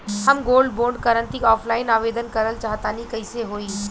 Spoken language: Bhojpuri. हम गोल्ड बोंड करंति ऑफलाइन आवेदन करल चाह तनि कइसे होई?